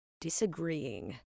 disagreeing